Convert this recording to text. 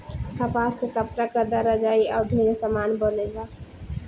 कपास से कपड़ा, गद्दा, रजाई आउर ढेरे समान बनेला